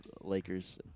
Lakers